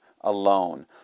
alone